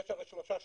יש הרי שלושה שלבים: